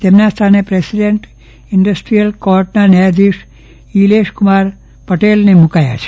તેમના સ્થાને president industrial કોર્ટના ન્યાયાધીશ નીલેશ કુમાર પટેલને મુકાયા છે